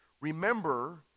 Remember